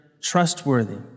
trustworthy